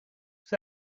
was